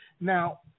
Now